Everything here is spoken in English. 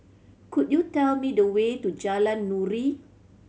could you tell me the way to Jalan Nuri